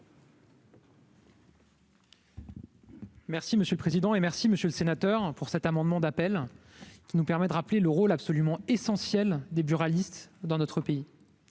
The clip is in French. Merci monsieur le président, et merci, monsieur le sénateur pour cet amendement d'appel qui nous permet de rappeler le rôle absolument essentiel des buralistes dans notre pays,